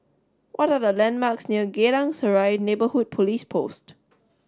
what are the landmarks near Geylang Serai Neighbourhood Police Post